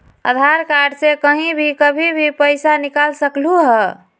आधार card से कहीं भी कभी पईसा निकाल सकलहु ह?